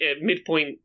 midpoint